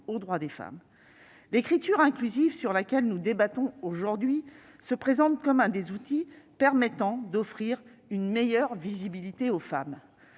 aux droits des femmes. L'écriture inclusive, dont nous débattons aujourd'hui, se présente comme un des outils permettant d'offrir une meilleure visibilité aux femmes.